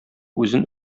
үзен